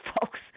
folks